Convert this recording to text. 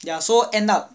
ya so end up